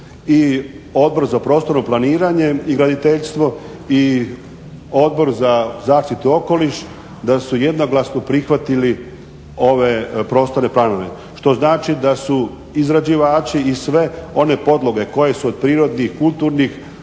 i Odbor za prostorno planiranje i graditeljstvo i Odbor za zaštitu okoliša da su jednoglasno prihvatili ove prostorne planove. Što znači da su izrađivači i sve one podloge koje su od prirodnih, kulturnih